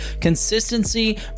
Consistency